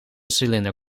cilinder